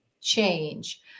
change